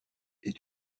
est